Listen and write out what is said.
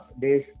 days